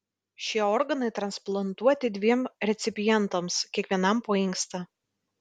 šie organai transplantuoti dviem recipientams kiekvienam po inkstą